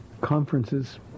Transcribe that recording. conferences